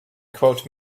quote